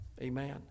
Amen